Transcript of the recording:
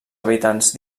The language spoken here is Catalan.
habitants